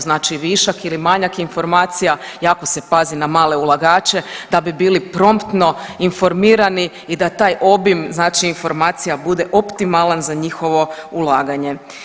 Znači višak ili manjak informacija jako se pazi na male ulagače da bi bili promptno informirani i da taj obim informacija bude optimalan za njihovo ulaganje.